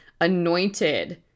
anointed